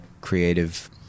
creative